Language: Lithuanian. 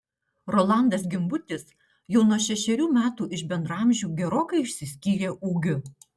rolandas gimbutis jau nuo šešerių metų iš bendraamžių gerokai išsiskyrė ūgiu